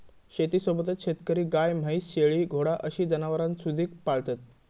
शेतीसोबतच शेतकरी गाय, म्हैस, शेळी, घोडा अशी जनावरांसुधिक पाळतत